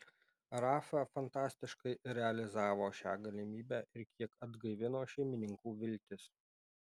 rafa fantastiškai realizavo šią galimybę ir kiek atgaivino šeimininkų viltis